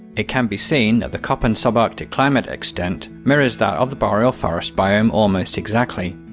it can be seen that the koppen subarctic climate extent mirrors that of the boreal forest biome almost exactly.